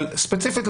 אבל ספציפית,